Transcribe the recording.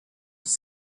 its